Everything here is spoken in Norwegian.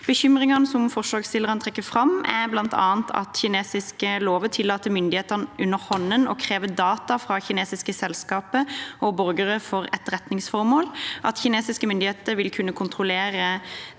Bekymringene som forslagsstillerne trekker fram, er bl.a. at kinesiske lover tillater myndighetene underhånden å kreve data fra kinesiske selskaper og borgere til etterretningsformål, at kinesiske myndigheter vil kunne kontrollere